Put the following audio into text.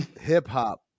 hip-hop